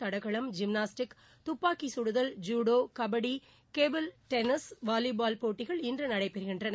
தடகளம் gymnastics துப்பாக்கி கடுதல் judo kabaddi table tennis volleyball போட்டிகள் இன்று நடக்கின்றன